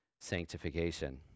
sanctification